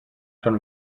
τον